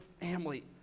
family